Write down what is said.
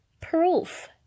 proof